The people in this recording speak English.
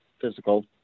physical